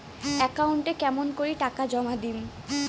একাউন্টে কেমন করি টাকা জমা দিম?